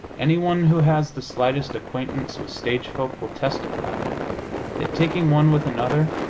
anyone who has the slightest acquaintance with stagefolk will testify that, taking one with another,